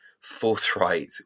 forthright